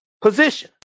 position